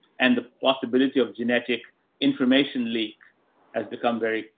and the possibility of genetic information leak has become very,